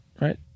right